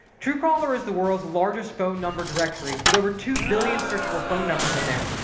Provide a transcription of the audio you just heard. truecaller is the world's largest phone number directory, with over two billion searchable phone numbers in there.